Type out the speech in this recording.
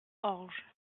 orge